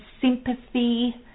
sympathy